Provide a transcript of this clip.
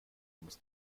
muss